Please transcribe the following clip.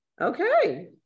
okay